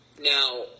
Now